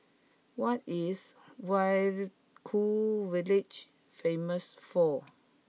what is Vaiaku village famous for